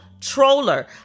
troller